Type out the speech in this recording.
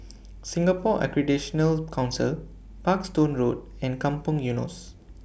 Singapore Accreditation Council Parkstone Road and Kampong Eunos